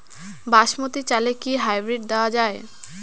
বাসমতী চালে কি হাইব্রিড দেওয়া য়ায়?